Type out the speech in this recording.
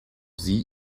sie